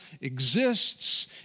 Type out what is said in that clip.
exists